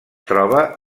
troba